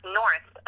north